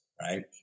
right